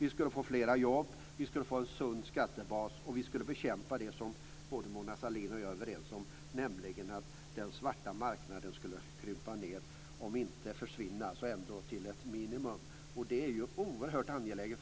Det skulle bli fler jobb och en sund skattebas, samtidigt som vi kämpade för det som Mona Sahlin och jag är överens om, nämligen att den svarta marknaden skulle krympa, om inte försvinna så skulle den ändå bli minimal. Detta är oerhört angeläget.